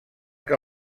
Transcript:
que